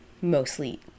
Mostly